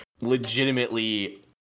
legitimately